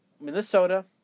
Minnesota